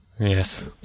Yes